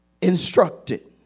instructed